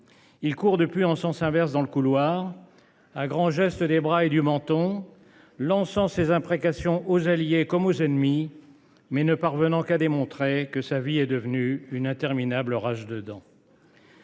Il court depuis en sens inverse dans le couloir, à grands gestes des bras et du menton, lançant ses imprécations à ses alliés comme à ses ennemis, mais ne parvenant qu’à démontrer que sa vie est devenue une interminable rage de dents.